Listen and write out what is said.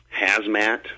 HAZMAT